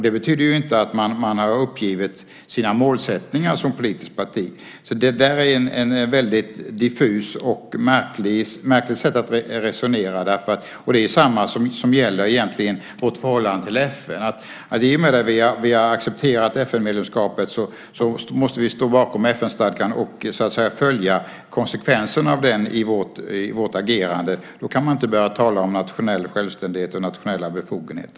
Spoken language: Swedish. Det betyder inte att man har uppgivit sina målsättningar som politiskt parti. Det är ett väldigt diffust och märkligt sätt att resonera. Det är egentligen detsamma som gäller vårt förhållande till FN. I och med att vi har accepterat FN-medlemskapet måste vi stå bakom FN-stadgan och följa konsekvenserna av den i vårt agerande. Då kan man inte börja tala om nationell självständighet och nationella befogenheter.